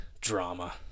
drama